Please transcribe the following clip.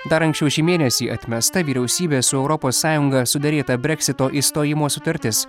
dar anksčiau šį mėnesį atmesta vyriausybės su europos sąjunga suderėta breksito išstojimo sutartis